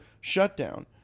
shutdown